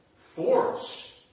force